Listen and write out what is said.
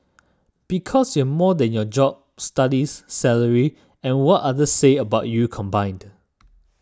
because you're more than your job studies salary and what others say about you combined